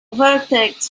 vertex